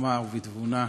בחוכמה ובתבונה,